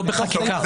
הוא לא בחקיקה,